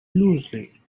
loosely